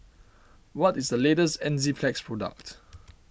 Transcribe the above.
what is the latest Enzyplex product